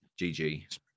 GG